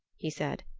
he said,